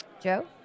Joe